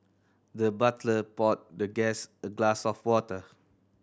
the butler poured the guest a glass of water